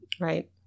Right